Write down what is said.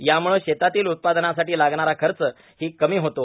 यामुळे शेतीतील उत्पादनासाठी लागणारा खच ही कमी होतो